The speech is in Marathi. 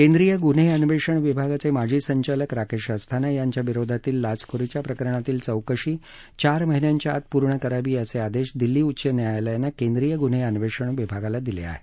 केंद्रीय गुन्हे अन्वेषण विभागाचे माजी संचालक राकेश अस्थाना यांच्या विरोधातील लाचखोरीच्या प्रकरणातील चौकशी चार महिन्यांच्या आत पूर्ण करावी असे आदेश दिल्ली उच्च न्यायालयाने केंद्रीय गुन्हे अन्वेषण विभागाला दिले आहेत